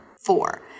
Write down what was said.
four